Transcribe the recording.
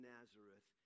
Nazareth